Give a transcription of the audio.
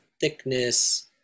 thickness